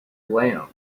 lamb